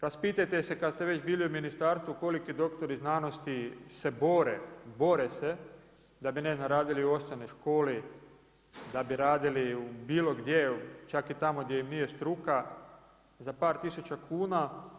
Raspitajte se kad ste već bili u ministarstvu koliko doktori znanosti se bore, bore se da bi ne znam radili u osnovnoj školi, da bi radili bilo gdje, čak i tamo gdje im nije struka za par tisuća kuna.